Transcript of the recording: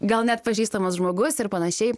gal net pažįstamas žmogus ir panašiai